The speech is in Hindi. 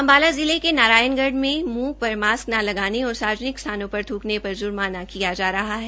अम्बाला जिले के नारायणगढ़ में मुहं पर मास्क न लगाने और सार्वजनिक स्थानों पर थ्कने पर जुर्माना किया जा रहा है